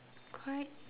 quite